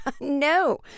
no